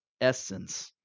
essence